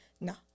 no